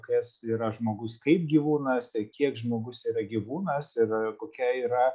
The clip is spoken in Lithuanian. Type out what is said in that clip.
kas yra žmogus kaip gyvūnas ir kiek žmogus yra gyvūnas ir kokia yra